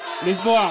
Lisboa